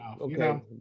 okay